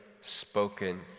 spoken